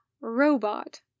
robot